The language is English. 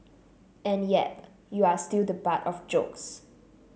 and yep you are still the butt of jokes